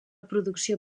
producció